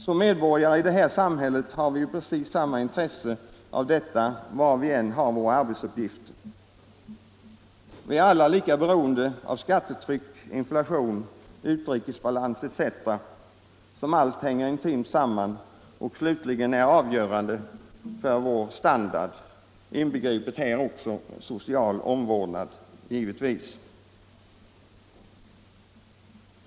Som medborgare i detta samhälle har vi precis samma intresse av detta, var vi än har våra arbetsuppgifter. Vi är alla lika beroende av skattetryck, inflation, utrikesbalans etc., som hänger intimt samman och slutligen är avgörande för vår standard — social omvårdnad givetvis här inbegripen.